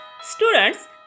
Students